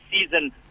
season